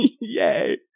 Yay